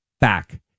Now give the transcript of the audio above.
back